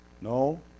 No